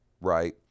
right